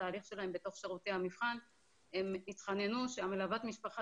התהליך שלהן בתוך שירותי המבחן הן התחננו שמלוות המשפחה